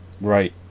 Right